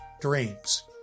dreams